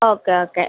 okay okay